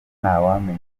ntawamenya